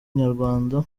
inyarwanda